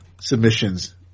submissions